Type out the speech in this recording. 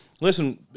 listen